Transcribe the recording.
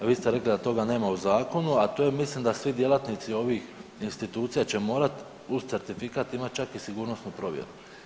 Vi ste rekli da toga nema u zakonu, a to je mislim da svi djelatnici ovih institucija će morati uz certifikat imati čak i sigurnosnu provjeru.